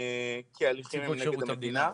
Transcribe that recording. כי ההליכים הם נגד המדינה.